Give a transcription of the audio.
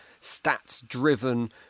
stats-driven